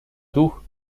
дух